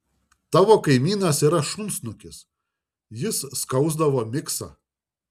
tavo kaimynas yra šunsnukis jis skausdavo miksą